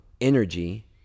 energy